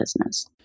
business